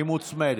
היא מוצמדת,